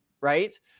right